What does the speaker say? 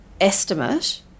estimate